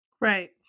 Right